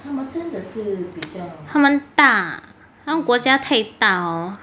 他们大他们国家太大 orh